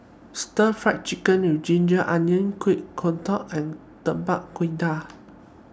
Stir Fry Chicken with Ginger Onion Kuih Kodok and Tapak Kuda